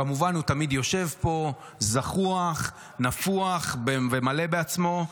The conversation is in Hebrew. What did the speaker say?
כמובן הוא תמיד יושב פה זחוח, נפוח, ומלא בעצמו.